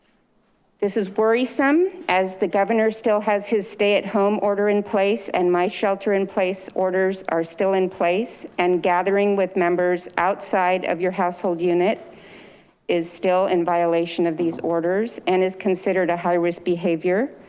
this is worrisome as the governor still has his stay-at-home order in place. and my shelter in place orders are still in place and gathering with members outside of your household unit is still in violation of these orders and is considered a high risk behavior.